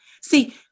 See